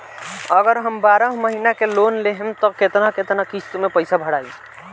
अगर हम बारह महिना के लोन लेहेम त केतना केतना किस्त मे पैसा भराई?